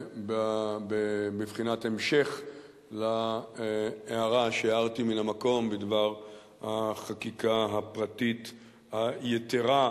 בבחינת המשך להערה שהערתי מן המקום בדבר החקיקה הפרטית היתירה.